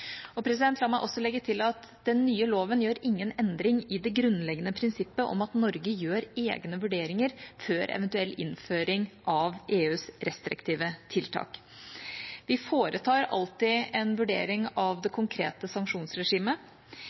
La meg også legge til at den nye loven gjør ingen endring i det grunnleggende prinsippet om at Norge gjør egne vurderinger før eventuell innføring av EUs restriktive tiltak. Vi foretar alltid en vurdering av det konkrete sanksjonsregimet.